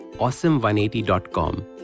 Awesome180.com